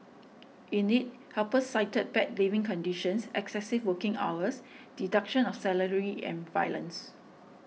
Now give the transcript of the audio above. in it helpers cited bad living conditions excessive working hours deduction of salary and violence